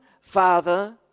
father